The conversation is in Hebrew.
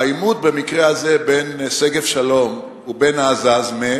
העימות במקרה הזה בין שגב-שלום ובין עזאזמה,